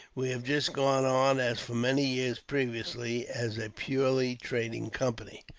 we have just gone on as for many years previously, as a purely trading company.